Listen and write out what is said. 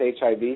HIV